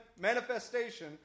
manifestation